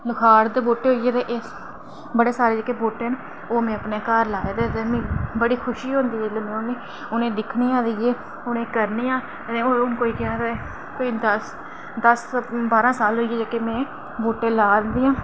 लोहाड़ दे बूह्टे होई गे बड़े सारे बूह्टे न ते में ओह् अपने घर लाए दे ते मिगी बड़ी खुशी होंदी ऐ जेल्लै में उ'नेंगी दिक्खनी आं ते करनी आं होर हून कोई केह् आखदे कोई दस्स बारां साल होई में बूह्टे लांदी आं